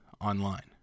online